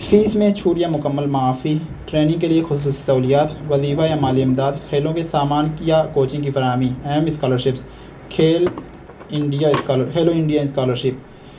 face میں چھوٹ یا مکمل معافی ٹریننگ کے لیے خصوصی سہولیات وظیفہ یا مالی امداد کھیلوں کے سامان یا کوچنگ کی فراہمی اہم اسکالرشپس کھیل India scholar Khelo India scholarship